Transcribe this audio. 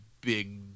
big